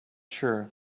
sure